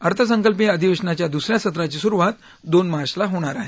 अर्थसंकल्पीय अधिवेशनाच्या दुस या सत्राची सुरुवात दोन मार्चला होणार आहे